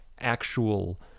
actual